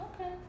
Okay